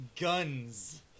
guns